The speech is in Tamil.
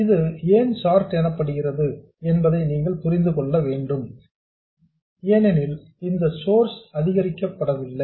இது ஏன் ஷார்ட் எனப்படுகிறது என்பதை நீங்கள் புரிந்து கொள்வீர்கள் என்று நம்புகிறேன் ஏனெனில் இந்த சோர்ஸ் அதிகரிக்கப்படவில்லை